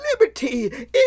liberty